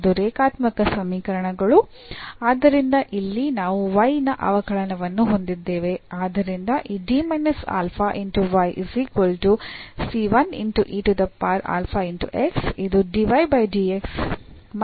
ಇದು ರೇಖಾತ್ಮಕ ಸಮೀಕರಣಗಳು ಆದ್ದರಿಂದ ಇಲ್ಲಿ ನಾವು y ನ ಅವಕಲನವನ್ನು ಹೊಂದಿದ್ದೇವೆ